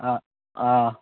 ആ ആ